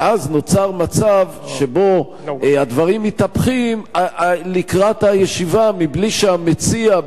ואז נוצר מצב שבו הדברים מתהפכים לקראת הישיבה מבלי שהמציע,